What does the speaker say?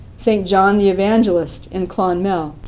st. john the evangelist in clonmel.